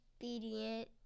obedient